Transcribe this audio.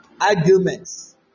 arguments